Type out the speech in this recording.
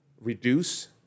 reduce